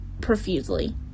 profusely